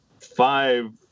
five